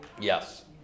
Yes